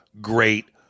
great